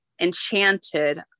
enchanted